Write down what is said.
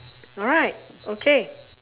alright okay